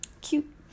Cute